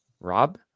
Rob